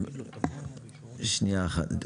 שנייה אחת,